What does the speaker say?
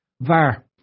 VAR